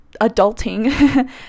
adulting